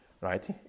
right